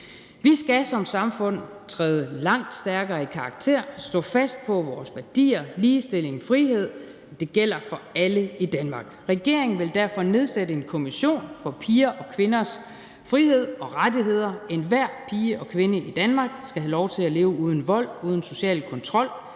Vi skal som samfund træde langt stærkere i karakter, stå fast på, at vores værdier – ligestilling, frihed – gælder for alle i Danmark. Regeringen vil derfor nedsætte en kommission for piger og kvinders frihed og rettigheder. Enhver pige og kvinde i Danmark skal have lov til at leve uden vold, uden social kontrol,